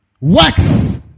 Works